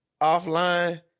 offline